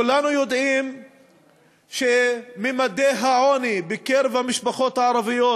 כולנו יודעים שממדי העוני בקרב המשפחות הערביות